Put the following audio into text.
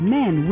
men